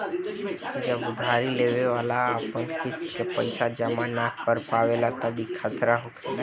जब उधारी लेवे वाला अपन किस्त के पैसा जमा न कर पावेला तब ई खतरा होखेला